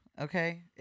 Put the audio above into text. Okay